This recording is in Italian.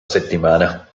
settimana